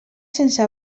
sense